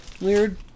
weird